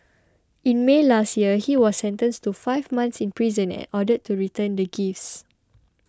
in May last year he was sentenced to five months in prison and ordered to return the gifts